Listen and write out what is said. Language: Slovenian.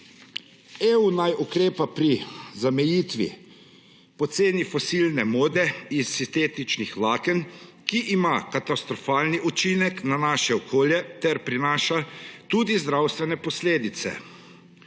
naj ukrepa pri zamejitvi poceni fosilne mode iz sintetičnih vlaken, ki ima katastrofalni učinek na naše okolje ter prinaša tudi zdravstvene posledice.